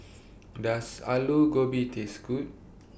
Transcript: Does Alu Gobi Taste Good